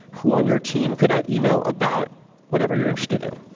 who on your team could i email about whatever you're interested in.